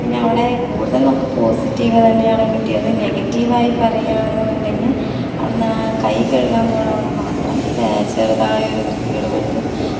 പിന്നെ അവിടെ കൂടുതൽ നമുക്ക് പോസിറ്റീവ് തന്നെയാണ് കിട്ടിയത് നെഗറ്റീവ് ആയി പറയുകയാണെന്നുണ്ടെങ്കി ൽ അവിടുന്ന് ആ കൈ കഴുകാൻ പോവണ അവിടെ മാത്രം ചെറുതായി ഒരു വൃത്തികേട് പോലെ തോന്നി